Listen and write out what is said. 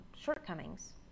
shortcomings